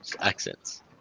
Accents